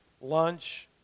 lunch